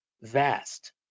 vast